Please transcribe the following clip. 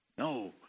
No